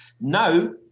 Now